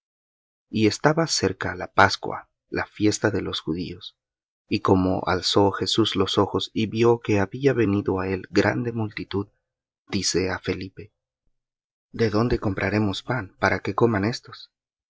y estaba cerca la pascua la fiesta de los judíos y como alzó jesús los ojos y vió que había venido á él grande multitud dice á felipe de dónde compraremos pan para que coman éstos